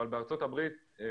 אבל בארצות הברית זה כן קיים.